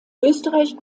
österreich